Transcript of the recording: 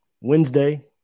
Wednesday